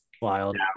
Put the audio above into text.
Wild